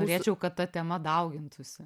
norėčiau kad ta tema daugintųsi